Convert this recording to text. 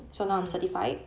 mm